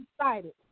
excited